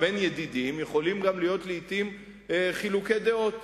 בין ידידים יכולים גם להיות לעתים חילוקי דעות,